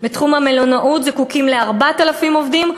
בתחום המלונאות זקוקים ל-4,000 עובדים,